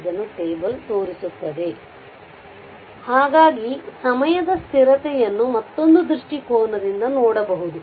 ಅದನ್ನು ಟೇಬಲ್ ತೋರಿಸುತ್ತದೆ ಹಾಗಾಗಿ ಸಮಯದ ಸ್ಥಿರತೆಯನ್ನು ಮತ್ತೊಂದು ದೃಷ್ಟಿಕೋನದಿಂದ ನೋಡಬಹುದು